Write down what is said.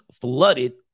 flooded